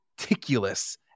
meticulous